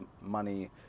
money